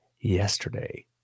yesterday